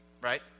Right